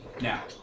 Now